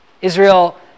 Israel